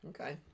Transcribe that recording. Okay